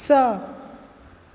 स